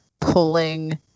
pulling